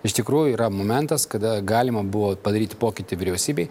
iš tikrųjų yra momentas kada galima buvo padaryti pokytį vyriausybėj